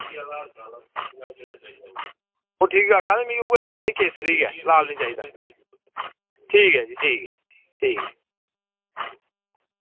आं ओह् ठीक आक्खा दे मिगी उऐ चाहिदा ई लाल निं चाहिदा ई ठीक ऐ जी ठीक ऐ ठीक ऐ